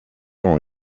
ont